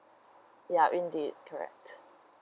ya indeed correct